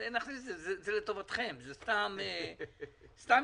זה לטובתכם, זו סתם התעקשות.